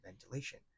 ventilation